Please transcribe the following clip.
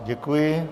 Děkuji.